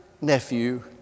nephew